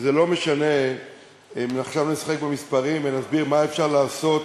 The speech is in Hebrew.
ולא משנה אם עכשיו נשחק במספרים ונסביר מה אפשר לעשות